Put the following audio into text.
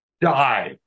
die